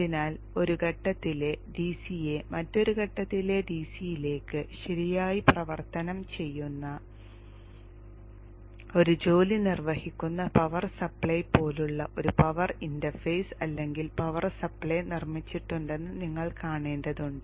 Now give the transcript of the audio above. അതിനാൽ ഒരു ഘട്ടത്തിലെ ഡിസിയെ മറ്റൊരു ഘട്ടത്തിലെ ഡിസിയിലേക്ക് ശരിയായി പരിവർത്തനം ചെയ്യുന്ന ഈ ജോലി നിർവഹിക്കുന്ന പവർ സപ്ലൈ പോലെയുള്ള ഒരു പവർ ഇന്റർഫേസ് അല്ലെങ്കിൽ പവർ സപ്ലൈ നിർമ്മിച്ചിട്ടുണ്ടെന്ന് നിങ്ങൾ കാണേണ്ടതുണ്ട്